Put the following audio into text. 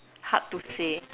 hard to say